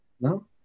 No